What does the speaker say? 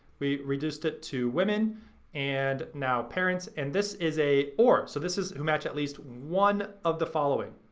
we reduced it to women and now parents and this is a or, so this is who match at least one of the following.